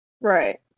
Right